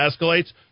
escalates